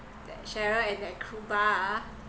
that cheryl and that cuba ah